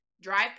Drive